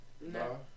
No